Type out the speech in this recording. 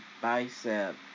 bicep